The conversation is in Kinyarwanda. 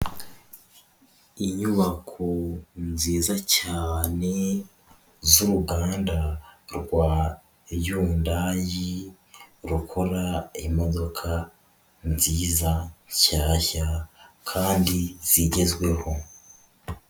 Inyubako nziza cyane ni z'uruganda rwa Hyundai rukora imodoka nziza, nshyashya kandi zigezweho.